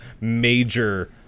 major